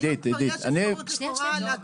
היום כבר יש אפשרות -- לא,